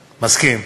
מסכים.